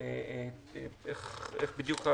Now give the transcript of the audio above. איך זה בדיוק?